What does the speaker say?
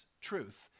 truth